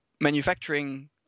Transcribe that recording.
manufacturing